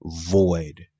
void